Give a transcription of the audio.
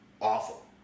Awful